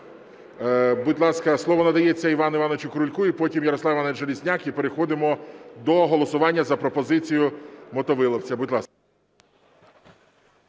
Будь ласка, слово надається Івану Івановичу Крульку. І потім Ярослав Іванович Железняк, і переходимо до голосування за пропозицію Мотовиловця. Будь ласка.